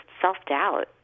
self-doubt